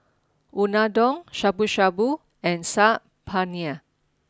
Unadon Shabu Shabu and Saag Paneer